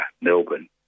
Melbourne